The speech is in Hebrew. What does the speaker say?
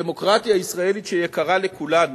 הדמוקרטיה הישראלית שיקרה לכולנו,